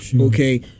Okay